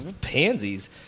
Pansies